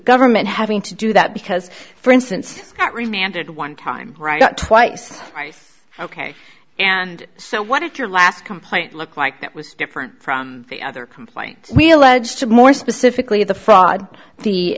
government having to do that because for instance that reminded one time right out twice ok and so what did your last complaint look like that was different from the other complaint we alleged more specifically the fraud the